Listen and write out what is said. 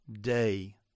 day